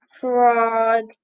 frog